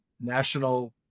national